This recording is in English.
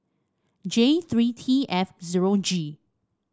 J three T F zero G